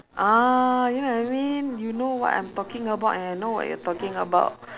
ah you know what I mean you know what I'm talking about and I know what you're talking about